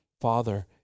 father